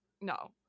no